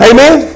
Amen